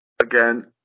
Again